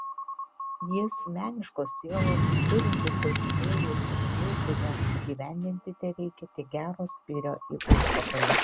jis meniškos sielos turintis daug idėjų ir tikslų kuriems įgyvendinti tereikia tik gero spyrio į užpakalį